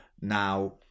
now